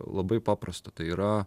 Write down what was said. labai paprasta tai yra